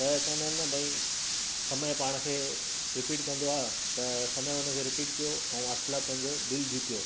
त चवंदा आहिनि भई समय पाण खे रिपीट कंदो आहे त समय हुनखे रिपीट कयो ऐं ऑशला पंहिंजो दिलि जीतियो